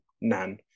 nan